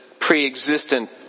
pre-existent